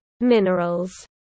minerals